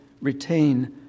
retain